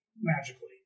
magically